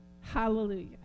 Hallelujah